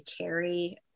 carry